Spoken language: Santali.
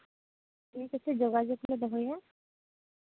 ᱴᱷᱤᱠ ᱟᱪᱷᱮ ᱡᱳᱜᱟᱡᱳᱜ ᱞᱮ ᱫᱚᱦᱚᱭᱟ